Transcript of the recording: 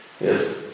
Yes